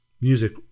music